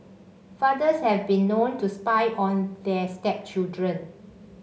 fathers have been known to spy on their stepchildren